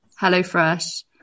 HelloFresh